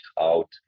out